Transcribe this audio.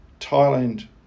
Thailand